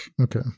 Okay